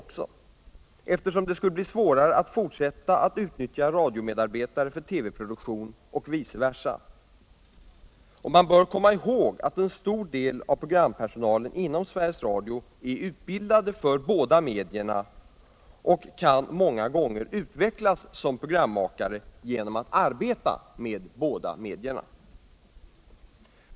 eftersom det skulle bli svårare att fortsätta att utnyttja radiomedarbetare för TV-produktion och viee versa. En stor del av programpersonalen inom Sveriges Radio är utbildad för båda medierna. De kan många gånger utvecklas som programmakare genom att arbeta med båda medierna.